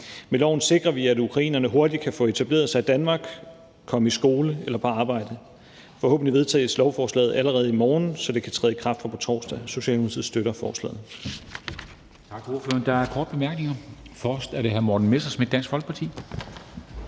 Med loven sikrer vi, at ukrainerne hurtigt kan få etableret sig i Danmark og komme i skole eller på arbejde. Forhåbentlig vedtages lovforslaget allerede i morgen, så det kan træde i kraft fra på torsdag. Socialdemokratiet støtter forslaget.